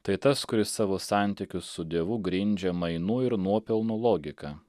tai tas kuris savo santykius su dievu grindžia mainų ir nuopelnų logika